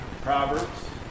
proverbs